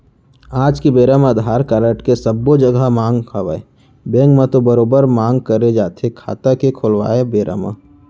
आज के बेरा म अधार कारड के सब्बो जघा मांग हवय बेंक म तो बरोबर मांग करे जाथे खाता के खोलवाय बेरा म